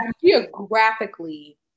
Geographically